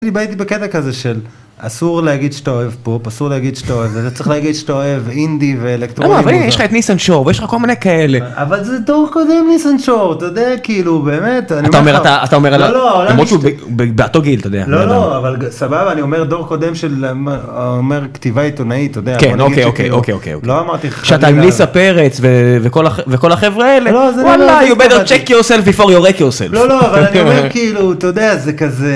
והייתי בקטע כזה של אסור להגיד שאתה אוהב פופ ,אסור להגיד שאתה אוהב... אתה צריך להגיד שאתה אוהב אינדי ואלקטרונית. אבל למה? הנה יש לך את ניסן שור ויש לך כל מיני כאלה. אבל זה דור קודם ניסן שור, אתה יודע, כאילו באמת... אתה אומר, אתה אומר למרות שהוא באותו גיל אתה יודע. לא לא אבל סבבה אני אומר דור קודם של כתיבה עיתונאית אתה יודע. אוקי אוקיי. לא אמרתי לך... שאתה עם ליסה פרץ וכל החברה האלה וואלה you better check yourself before you wreck yourself לא לא אבל אני אומר כאילו אתה יודע זה כזה.